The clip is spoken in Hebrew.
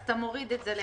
למעשה אתה מוריד את זה.